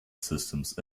systems